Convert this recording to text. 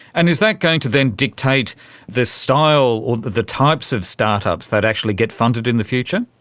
and is that going to then dictate the style or the types of start-ups that actually get funded in the future?